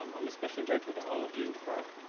um i'm especially grateful to all of you for